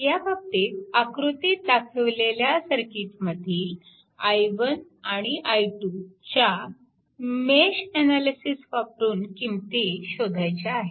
ह्या बाबतीत आकृतीत दाखवलेल्या सर्किटमधील i1 आणि i2 च्या किंमती मेश अनालिसिस वापरून शोधायच्या आहेत